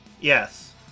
Yes